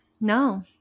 No